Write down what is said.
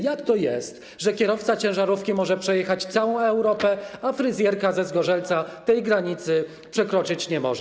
Jak to jest, że kierowca ciężarówki może przejechać całą Europę, a fryzjerka ze Zgorzelca tej granicy przekroczyć nie może?